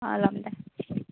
অঁ ল'ম দে